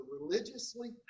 religiously